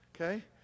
okay